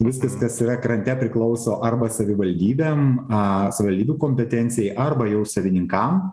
viskas kas yra krante priklauso arba savivaldybėm a savivaldybių kompetencijai arba jau savininkam